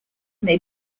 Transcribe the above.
may